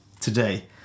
today